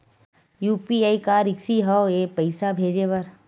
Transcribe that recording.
UPI का risky हंव ए पईसा भेजे बर?